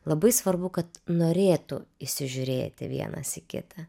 labai svarbu kad norėtų įsižiūrėti vienas į kitą